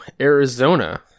Arizona